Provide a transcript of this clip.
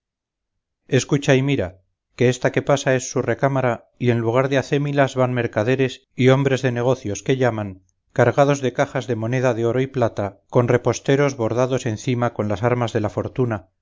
escucha y mira que esta que pasa es su recámara y en lugar de acémilas van mercaderes y hombres de negocios que llaman cargados de cajas de moneda de oro y plata con reposteros bordados encima con las armas de la fortuna